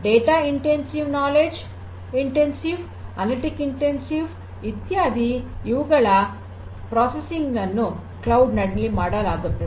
data ದ ತೀವ್ರತೆ ಜ್ಞಾನದ ತೀವ್ರತೆ ಅನಲಿಟಿಕ್ಸ್ ತೀವ್ರತೆ ಇತ್ಯಾದಿ ಇವುಗಳ ಪ್ರೊಸೆಸಿಂಗ್ ನನ್ನು ಕ್ಲೌಡ್ ನಲ್ಲಿ ಮಾಡಲಾಗುತ್ತದೆ